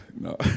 No